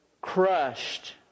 crushed